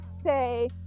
say